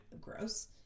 Gross